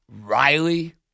Riley